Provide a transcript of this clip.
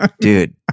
Dude